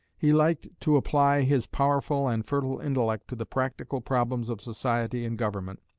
he liked to apply his powerful and fertile intellect to the practical problems of society and government,